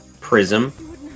Prism